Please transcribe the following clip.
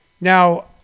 Now